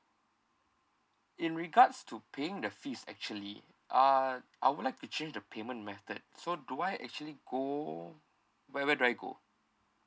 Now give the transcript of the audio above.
in regards to paying the fees actually uh I would like to change the payment method so do I actually go where where do I go